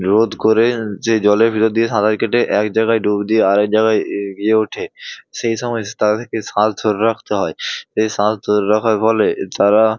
রোধ করে সেই জলের ভিতর দিয়ে সাঁতার কেটে এক জায়গায় ডুব দিয়ে আরেক জায়গায় এগিয়ে ওঠে সেই সময় তাদেরকে শ্বাস ধরে রাখতে হয় এই শ্বাস ধরে রাখার ফলে যারা